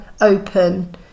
open